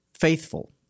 faithful